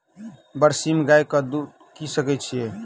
बरसीम गाय कऽ दऽ सकय छीयै?